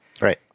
Right